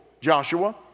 Joshua